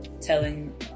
telling